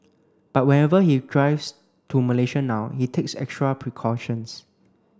but whenever he drives to Malaysia now he takes extra precautions